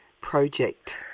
project